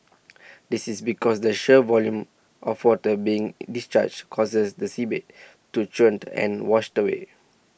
this is because the sheer volume of water being discharged causes the seabed to churned and washed away